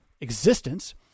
existence